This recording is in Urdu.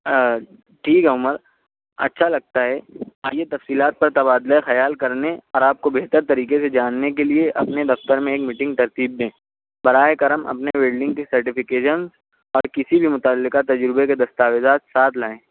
ہاں ٹھیک ہے عمر اچھا لگتا ہے ہاں یہ تفصیلات پر تبادلۂ خیال کرنے اور آپ کو بہتر طریقہ سے جاننے کے لیے اپنے دفتر میں ایک میٹنگ ترتیب دیں برائے کرم اپنی ویلڈنگ کی سرٹیفیکیزن اور کسی بھی متعلقہ تجربے کے دستاویزات ساتھ لائیں